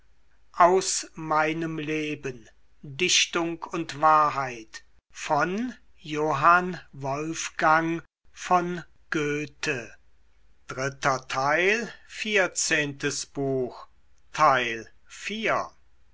dichtung und wahrheit